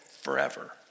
forever